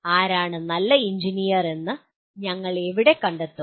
ആരാണ് നല്ല എഞ്ചിനീയർ എന്ന് ഞങ്ങൾ എവിടെ കണ്ടെത്തും